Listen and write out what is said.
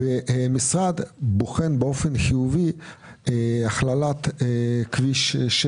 המשרד בוחן באופן חיובי הכללת כביש 6